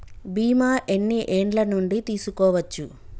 బీమా ఎన్ని ఏండ్ల నుండి తీసుకోవచ్చు?